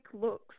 looks